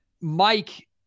Mike